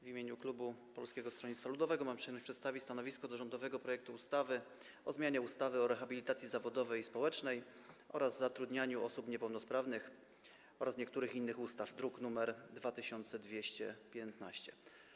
W imieniu klubu Polskiego Stronnictwa Ludowego mam przyjemność przedstawić stanowisko wobec rządowego projektu ustawy o zmianie ustawy o rehabilitacji zawodowej i społecznej oraz zatrudnianiu osób niepełnosprawnych oraz niektórych innych ustaw, druk nr 2215.